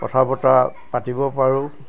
কথা বতৰা পাতিব পাৰোঁ